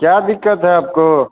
क्या दिक्कत है आपको